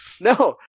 No